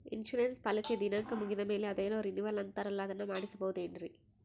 Insurance ಪಾಲಿಸಿಯ ದಿನಾಂಕ ಮುಗಿದ ಮೇಲೆ ಅದೇನೋ ರಿನೀವಲ್ ಅಂತಾರಲ್ಲ ಅದನ್ನು ಮಾಡಿಸಬಹುದೇನ್ರಿ?